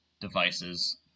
devices